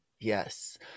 Yes